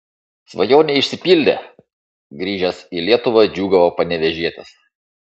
svajonė išsipildė grįžęs į lietuvą džiūgavo panevėžietis